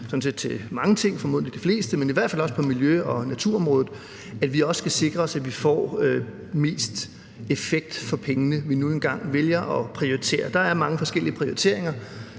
på mange områder – formentlig de fleste – men som vi i hvert fald også har på miljø- og naturområdet, nemlig at vi også skal sikre os, at vi får mest effekt for de penge, vi nu engang vælger at prioritere. Der er mange forskellige prioriteringer,